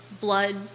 blood